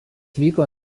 vyko